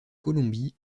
colombie